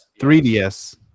3DS